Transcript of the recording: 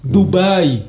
Dubai